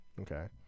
Okay